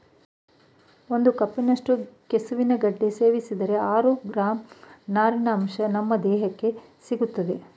ಒಂದು ಕಪ್ನಷ್ಟು ಕೆಸುವಿನ ಗೆಡ್ಡೆ ಸೇವಿಸಿದರೆ ಆರು ಗ್ರಾಂ ನಾರಿನಂಶ ನಮ್ ದೇಹಕ್ಕೆ ಸಿಗ್ತದೆ